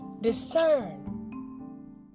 Discern